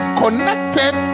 connected